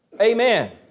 Amen